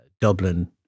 Dublin